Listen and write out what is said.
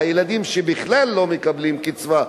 של הילדים שבכלל לא מקבלים קצבה,